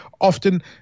often